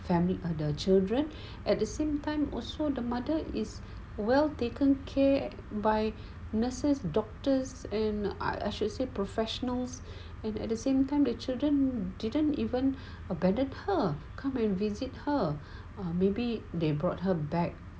famili~ the children at the same time also the mother is well taken care by nurses doctors and I I should say professionals and at the same time the children didn't even abandon her come and visit her or maybe they brought her back